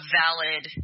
valid